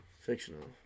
Fictional